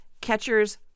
Catchers